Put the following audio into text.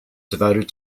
devoted